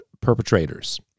perpetrators